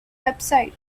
website